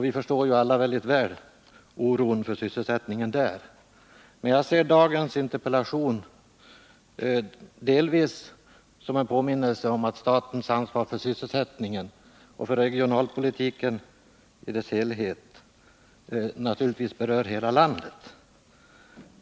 Vi förstår ju alla mycket väl oron för sysselsättningen där. Men jag ser dagens interpellation delvis som en påminnelse om att statens ansvar för sysselsättningen och för regionalpolitiken i dess helhet givetvis berör hela landet.